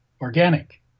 organic